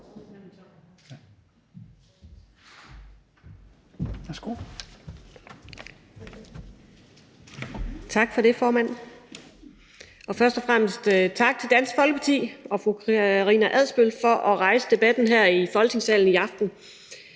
Tak for det, formand. Først og fremmest tak til Dansk Folkeparti og fru Karina Adsbøl for at rejse debatten her i Folketingssalen i aften.